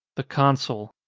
the consul